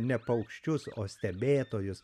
ne paukščius o stebėtojus